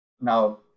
Now